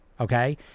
okay